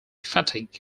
fatigue